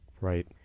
right